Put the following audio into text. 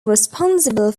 responsible